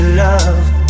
love